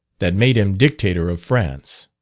that made him dictator of france.